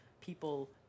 people